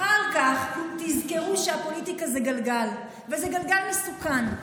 אחר כך תזכרו שהפוליטיקה זה גלגל, וזה גלגל מסוכן.